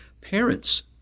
Parents